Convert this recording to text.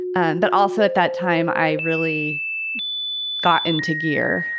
and but also at that time, i really got into gear.